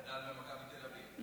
גדל במכבי תל אביב.